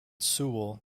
sewell